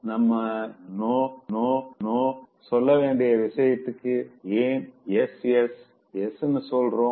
நம்ம no no நோனு சொல்ல வேண்டிய விஷயத்துக்கு ஏன் எஸ் எஸ் எஸ்னு சொல்றோம்